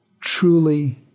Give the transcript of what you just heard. truly